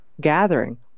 gathering